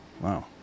Wow